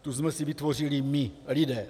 Tu jsme si vytvořili my lidé.